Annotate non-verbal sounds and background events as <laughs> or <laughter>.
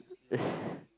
<laughs>